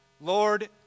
Lord